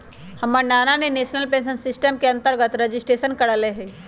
हमर नना ने नेशनल पेंशन सिस्टम के अंतर्गत रजिस्ट्रेशन करायल हइ